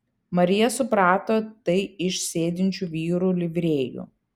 marija suprato tai iš sėdinčių vyrų livrėjų